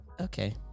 okay